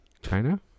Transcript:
China